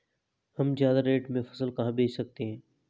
हम ज्यादा रेट में फसल कहाँ बेच सकते हैं?